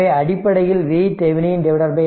எனவே அடிப்படையில் VThevenin RThevenin